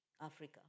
Africa